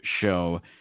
show